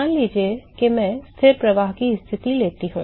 मान लीजिए कि मैं स्थिर प्रवाह की स्थिति लेता हूं